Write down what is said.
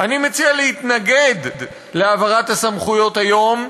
אני מציע להתנגד להעברת הסמכויות היום,